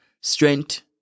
strength